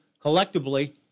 collectively –